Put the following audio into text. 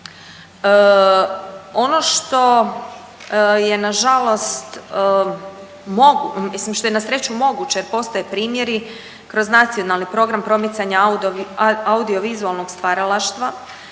što je na sreću moguće jer postoje primjeri kroz Nacionalni program promicanja audiovizualnog stvaralaštva